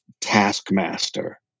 taskmaster